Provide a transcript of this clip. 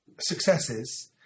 successes